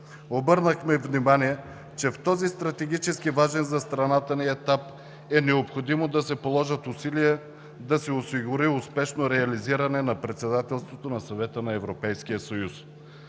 Обърнахме внимание, че в този стратегически важен за страната ни етап е необходимо да се положат усилия да се осигури успешно реализиране на Председателството на Съвета на Европейския съюз